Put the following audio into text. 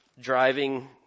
driving